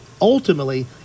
ultimately